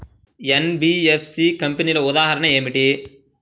NBFC కంపెనీల ఉదాహరణ ఏమిటి?